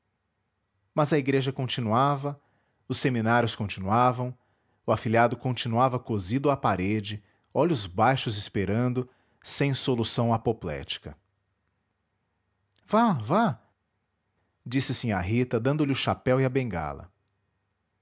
mas a igreja continuava os seminários continuavam o afilhado continuava cosido à parede olhos baixos esperando sem solução apoplética vá vá disse sinhá rita dando-lhe o chapéu e a bengala